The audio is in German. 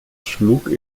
schlug